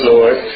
Lord